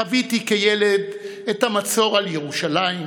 חוויתי כילד את המצור על ירושלים,